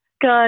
Good